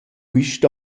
quist